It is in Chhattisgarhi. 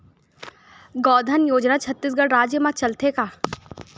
गौधन योजना छत्तीसगढ़ राज्य मा चलथे का?